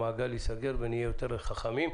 המעגל ייסגר ונהיה יותר חכמים.